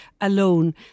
alone